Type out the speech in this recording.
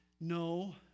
No